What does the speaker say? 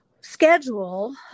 schedule